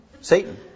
Satan